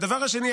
הדבר השני,